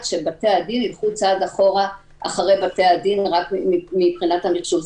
שבתי-הדין ייקחו צעד אחורה אחרי בתי-המשפט מבחינת המחשוב.